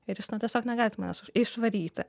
ir jūs na tiesiog negalit manęs išvaryti